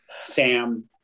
sam